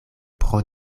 pro